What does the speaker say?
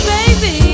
Baby